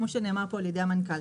כמו שנאמר על ידי המנכ"ל,